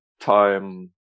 time